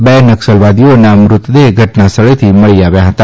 બે નકસલવાદીઓના મૃતદેહ ઘટનાસ્થળેથી મળી આવ્યા હતા